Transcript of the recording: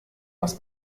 was